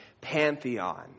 pantheon